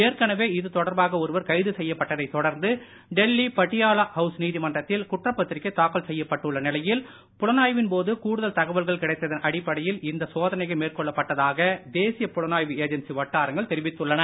ஏற்கனவே இதுதொடர்பாக ஒருவர் கைது செய்யப்பட்டதைத் தொடர்ந்து டெல்லி பட்டியாலா ஹவுஸ் நீதிமன்றத்தில் குற்றப்பத்திரிகை தாக்கல் செய்யப்பட்டுள்ள நிலையில் புலனாய்வின் போது கூடுதல் தகவல்கள் கிடைத்ததன் அடிப்படையில் இந்த சோதனைகள் மேற்கொள்ளப் பட்டதாக தேசிய புலனாய்வு ஏஜென்சி வட்டாரங்கள் தெரிவித்துள்ளன